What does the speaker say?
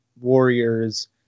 warriors